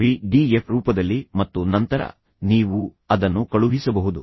ಆದ್ದರಿಂದ ಪಿಡಿಎಫ್ ರೂಪದಲ್ಲಿ ಮತ್ತು ನಂತರ ನೀವು ಅದನ್ನು ಕಳುಹಿಸಬಹುದು